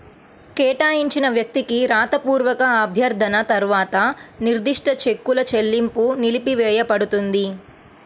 కేటాయించిన వ్యక్తికి రాతపూర్వక అభ్యర్థన తర్వాత నిర్దిష్ట చెక్కుల చెల్లింపు నిలిపివేయపడుతుంది